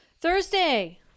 Thursday